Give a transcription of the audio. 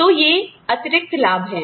तो ये अतिरिक्त लाभ हैं